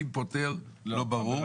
מי פטור לא ברור.